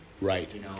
Right